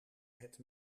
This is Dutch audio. het